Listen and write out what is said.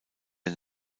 der